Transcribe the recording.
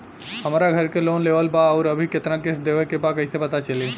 हमरा घर के लोन लेवल बा आउर अभी केतना किश्त देवे के बा कैसे पता चली?